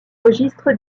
registre